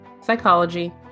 psychology